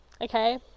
okay